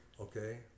okay